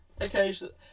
Occasionally